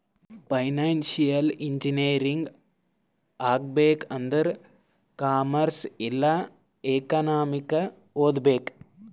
financial engineering ಆಗ್ಬೇಕ್ ಆಂದುರ್ commerce ಇಲ್ಲಾ ಎಕನಾಮಿಕ್ ಓದ್ಬೇಕ್